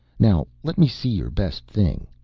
now let me see your best thing.